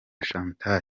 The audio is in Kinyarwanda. chantal